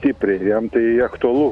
stipriai jam tai aktualu